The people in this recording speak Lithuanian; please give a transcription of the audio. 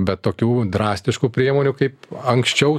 bet tokių drastiškų priemonių kaip anksčiau